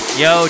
yo